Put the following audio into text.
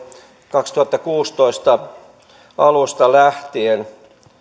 kaksituhattakuusitoista alusta lähtien